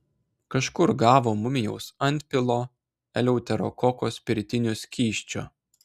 kažkur gavo mumijaus antpilo eleuterokoko spiritinio skysčio